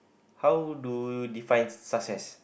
how do you define success